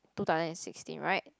two thousand and sixteen right